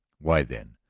why, then,